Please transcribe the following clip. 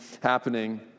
happening